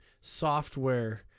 software